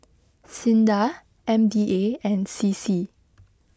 Sinda M D A and C C